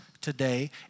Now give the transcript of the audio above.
today